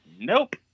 Nope